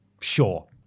sure